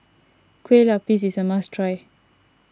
Kue Lupis is a must try